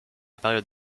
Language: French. période